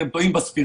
אתם טועים בספירה,